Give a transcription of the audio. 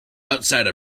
outside